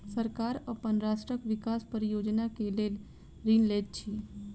सरकार अपन राष्ट्रक विकास परियोजना के लेल ऋण लैत अछि